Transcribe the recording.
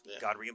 god